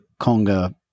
Conga